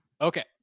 okay